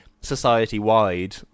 society-wide